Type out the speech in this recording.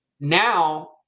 Now